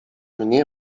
nie